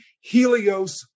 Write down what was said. Helios